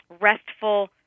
restful